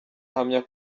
ahamya